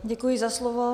Děkuji za slovo.